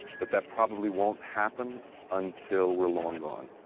that that probably won't happen until we're long gone.